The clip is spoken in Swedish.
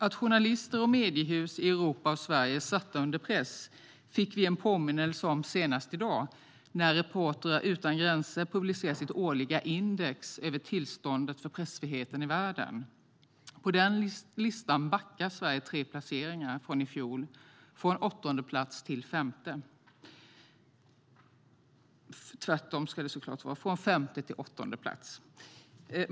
Att journalister och mediehus i Europa och Sverige är satta under press fick vi en påminnelse om senast i dag då Reportrar utan gränser publicerade sitt årliga index över tillståndet för pressfriheten i världen. På den listan backar Sverige tre placeringar från i fjol, från femte till åttonde plats.